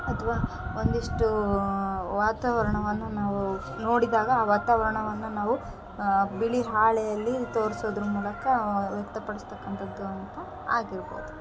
ಅಥ್ವ ಒಂದಿಷ್ಟು ವಾತಾವರಣವನ್ನು ನಾವು ನೋಡಿದಾಗ ಆ ವಾತಾವರಣವನ್ನು ನಾವು ಬಿಳಿ ಹಾಳೆಯಲ್ಲಿ ತೋರ್ಸೋದ್ರ್ ಮೂಲಕ ವ್ಯಕ್ತ ಪಡಿಸ್ತಕಂಥದ್ದು ಅಂತ ಆಗಿರ್ಬೌದು